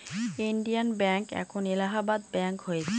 Indian Bank এখন Allahabad Bank হয়েছে